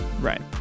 Right